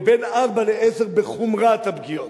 ובין פי-ארבעה לפי-עשרה בחומרת הפגיעות.